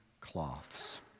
cloths